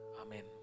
Amen